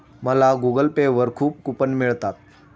मला Google Pay वर खूप कूपन मिळतात